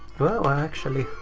wow, i actually